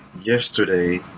yesterday